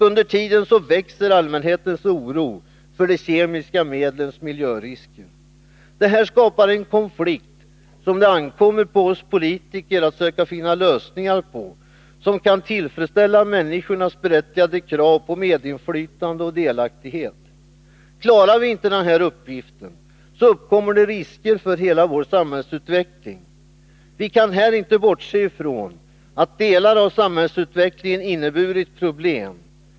Under tiden växer allmänhetens oro för de kemiska medlens miljörisker. Detta skapar en konflikt som det ankommer på oss politiker att söka finna lösningar på, som kan tillfredsställa människornas berättigade krav på medinflytande och delaktighet. Klarar vi inte den uppgiften, uppkommer risker för hela vår samhällsutveckling. Vi kan här inte bortse från att delar av samhällsutvecklingen inneburit problem.